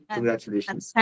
Congratulations